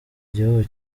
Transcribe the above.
igihugu